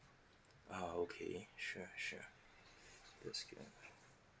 ah okay sure sure that's good